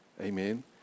Amen